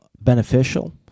beneficial